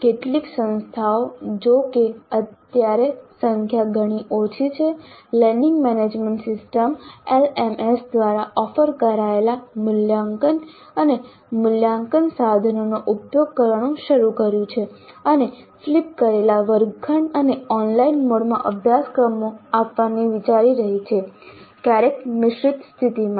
કેટલીક સંસ્થાઓ જોકે અત્યારે સંખ્યા ઘણી ઓછી છે લર્નિંગ મેનેજમેન્ટ સિસ્ટમ્સ દ્વારા ઓફર કરાયેલા મૂલ્યાંકન અને મૂલ્યાંકન સાધનોનો ઉપયોગ કરવાનું શરૂ કર્યું છે અને ફ્લિપ કરેલા વર્ગખંડ અને ઓનલાઇન મોડમાં અભ્યાસક્રમો આપવાનું વિચારી રહી છે ક્યારેક મિશ્રિત સ્થિતિમાં